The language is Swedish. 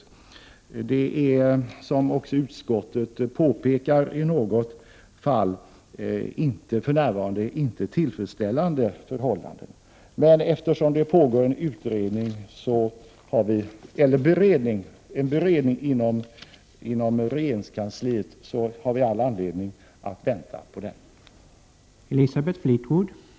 I något fall är förhållandena, som utskottet också påpekar, för närvarande inte tillfredsställande, men eftersom det pågår en beredning inom regeringskansliet har vi all anledning att vänta på resultatet av den.